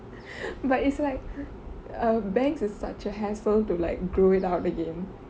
but it's like err bangs is such a hassle to like grow it out again